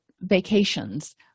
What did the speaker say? vacations